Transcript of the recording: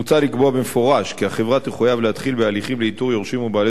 מוצע לקבוע במפורש כי החברה תחויב להתחיל בהליכים לאיתור יורשים ובעלי